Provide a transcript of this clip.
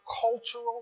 cultural